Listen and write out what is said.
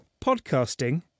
Podcasting